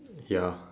ya